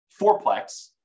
fourplex